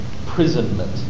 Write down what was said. imprisonment